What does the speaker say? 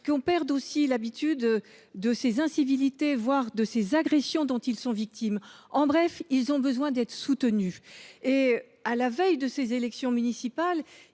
moyens et la fin des incivilités, voire des agressions dont ils sont victimes. En bref, ils ont besoin d’être soutenus. À la veille des élections municipales,